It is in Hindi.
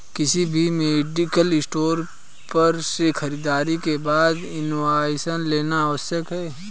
किसी भी मेडिकल स्टोर पर से खरीदारी के बाद इनवॉइस लेना आवश्यक है